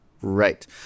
Right